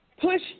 push